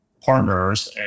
partners